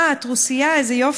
אה, את רוסייה, איזה יופי.